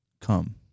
come